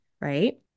right